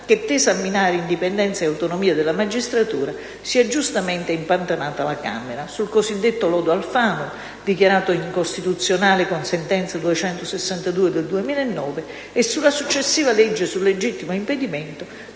che, tesa a minare l'indipendenza e l'autonomia, si è giustamente impantanata alla Camera sul cosiddetto lodo Alfano, dichiarato incostituzionale con sentenza n. 262 del 2009, e sulla successiva legge sul "legittimo impedimento",